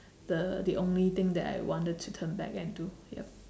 the the only thing that I wanted to turn back and do ya